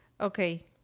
okay